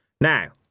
Now